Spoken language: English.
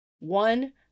One